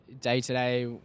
day-to-day